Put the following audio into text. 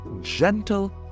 gentle